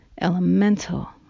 elemental